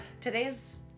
Today's